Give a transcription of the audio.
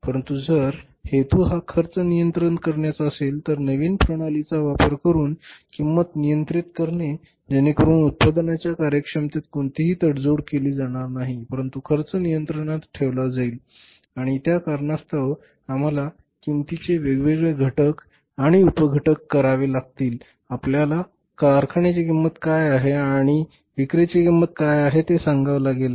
परंतु जर हेतू हा खर्च नियंत्रण करण्याचा असेल तर नवीन प्रणालीचा वापर करून किंमत नियंत्रित करणे जेणेकरुन उत्पादनाच्या कार्यक्षमतेत कोणतीही तडजोड केली जाणार नाही परंतु खर्च नियंत्रणात ठेवला जाईल आणि त्या कारणास्तव आम्हाला किंमतीचे वेगवेगळे घटक आणि उप घटक करावे लागतील आपल्या कारखान्याची किंमत काय आहे म्हणजे विक्रीची किंमत काय आहे ते सांगावे लागेल